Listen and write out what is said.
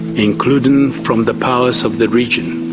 including from the powers of the region,